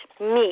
meet